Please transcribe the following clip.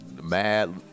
Mad